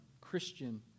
Christian